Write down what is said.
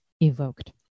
evoked